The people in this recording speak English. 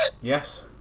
Yes